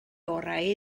orau